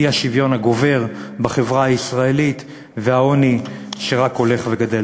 האי-שוויון הגובר בחברה הישראלית והעוני שרק הולך וגדל.